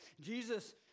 Jesus